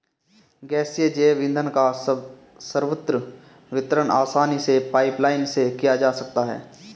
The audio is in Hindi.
गैसीय जैव ईंधन का सर्वत्र वितरण आसानी से पाइपलाईन से किया जा सकता है